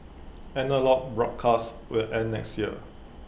analogue broadcasts will end next year